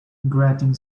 grating